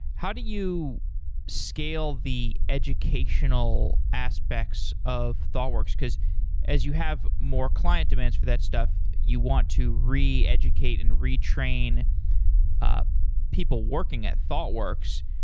how do you scale the educational aspects of thoughtworks, because as you have more client demands for that stuff, you want to reeducate and retrain ah people working at thoughtworks?